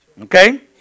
Okay